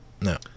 No